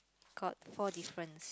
got four differences